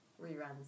reruns